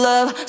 Love